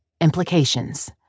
Implications